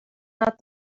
not